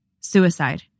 suicide